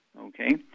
Okay